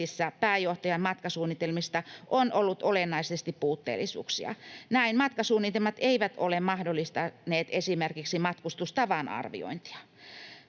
pääjohtajan matkasuunnitelmista on ollut olennaisesti puutteellisuuksia. Näin matkasuunnitelmat eivät ole mahdollistaneet esimerkiksi matkustustavan arviointia.